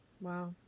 Wow